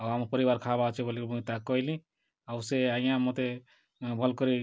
ଆଉ ଆମ ପରିବାର ଖାଇବା ଅଛି ବୋଲି ମୁଇଁ ତାକୁ କହିଲି ଆଉ ସେ ଆଜ୍ଞା ମୋତେ ଭଲ କରି